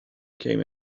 came